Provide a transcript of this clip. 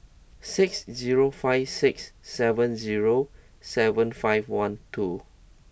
six zero five six seven zero seven five one two